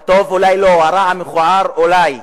הטוב אולי לא, הרע, המכוער, אולי.